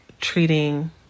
treating